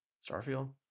Starfield